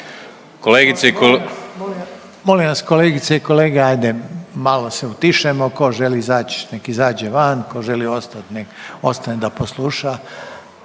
Kolegice i kolege,